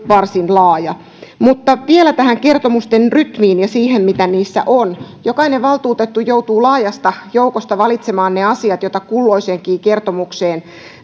varsin laaja vielä tähän kertomusten rytmiin ja siihen mitä niissä on jokainen valtuutettu joutuu laajasta joukosta valitsemaan ne asiat joita kulloiseenkin kertomukseen